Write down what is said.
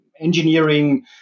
engineering